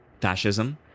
Fascism